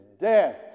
death